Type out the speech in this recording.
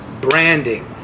branding